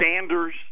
sanders